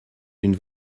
d’une